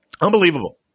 Unbelievable